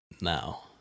now